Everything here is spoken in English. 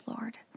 Lord